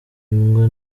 imbwa